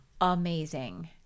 amazing